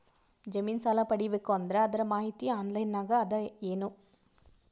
ಜಮಿನ ಸಾಲಾ ಪಡಿಬೇಕು ಅಂದ್ರ ಅದರ ಮಾಹಿತಿ ಆನ್ಲೈನ್ ನಾಗ ಅದ ಏನು?